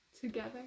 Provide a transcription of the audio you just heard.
together